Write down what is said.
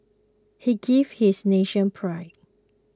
he gave his nation pride